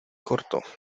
corto